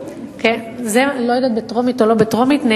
בקריאה טרומית?